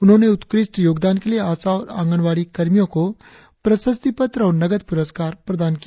उन्होंने उत्कृष्ट योगदान के लिए आशा और आंगनवाड़ी कर्मियों को प्रशस्ति पत्र और नकद पुरस्कार प्रदान किया